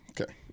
okay